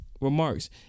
remarks